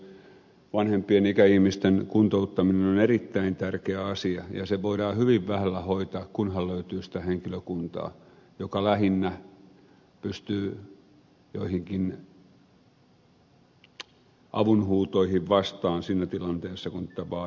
päinvastoin vanhempien ikäihmisten kuntouttaminen on erittäin tärkeä asia ja se voidaan hyvin vähällä hoitaa kunhan löytyy sitä henkilökuntaa joka lähinnä pystyy joihinkin avunhuutoihin vastaamaan siinä tilanteessa kun tätä vaaditaan